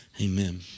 amen